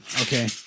Okay